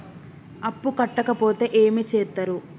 అప్పు కట్టకపోతే ఏమి చేత్తరు?